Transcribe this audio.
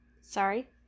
Sorry